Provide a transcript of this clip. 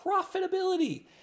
profitability